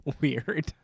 weird